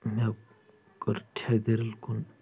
مےٚ کٔر چھےٚ دل کُن